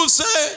say